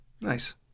nice